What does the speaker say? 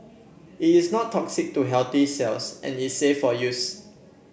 it is not toxic to healthy cells and is safe of use